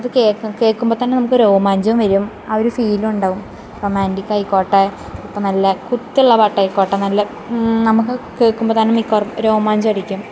അത് കേൾക്കും കേൾക്കുമ്പത്തന്നെ നമുക്ക് രോമാഞ്ചം വരും ആഒരു ഫീലുണ്ടാവും റൊമാന്റിക്കായിക്കോട്ടെ ഇപ്പം നല്ല കുത്തുള്ള പാട്ടയിക്കോട്ടെ നല്ല നമുക്ക് കേൾക്കുമ്പത്തന്നെ മികവര്ക്കും രോമാഞ്ചായിരിക്കും